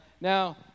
Now